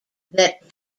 that